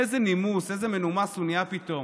איזה נימוס, איזה מנומס הוא נהיה פתאום.